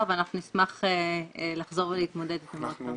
ואנחנו נשמח לחזור להתמודד גם עכשיו.